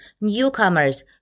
newcomers